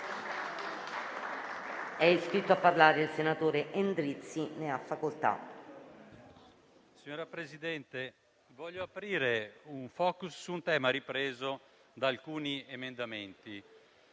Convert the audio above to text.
Signor Presidente, vorrei aprire un *focus* su un tema ripreso da alcuni emendamenti,